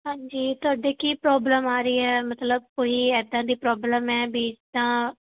ਹਾਂਜੀ ਤੁਹਾਡੀ ਕੀ ਪ੍ਰੋਬਲਮ ਆ ਰਹੀ ਹੈ ਮਤਲਬ ਕੋਈ ਇੱਦਾਂ ਦੀ ਪ੍ਰੋਬਲਮ ਹੈ ਵੀ ਤਾਂ